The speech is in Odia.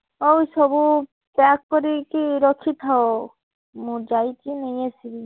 ହଉ ସବୁ ପ୍ୟାକ୍ କରିକି ରଖିଥାଅ ମୁଁ ଯାଇକି ନେଇ ଆସିବି